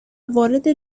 وارد